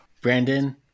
Brandon